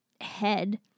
head